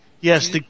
Yes